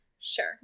Sure